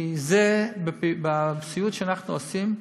כי הסיעוד שאנחנו עושים,